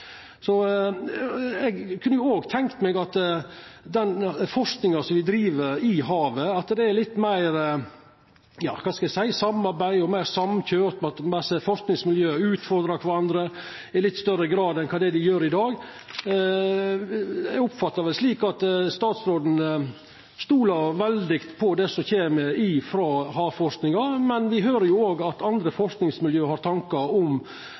Så når det gjeld den forskinga me driv med i havet, kunne eg òg tenkt meg at det var litt meir samarbeid, at ein var meir samkøyrd, og at forskingsmiljøa utfordra kvarandre i litt større grad enn dei gjer i dag. Eg oppfattar det slik at statsråden stolar veldig sterkt på det som kjem frå havforskinga, men me høyrer jo at andre forskingsmiljø òg har tankar om